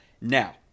Now